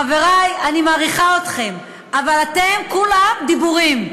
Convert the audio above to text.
חברי, אני מעריכה אתכם, אבל אתם, כולם, דיבורים.